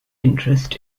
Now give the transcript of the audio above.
interest